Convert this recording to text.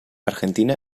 argentina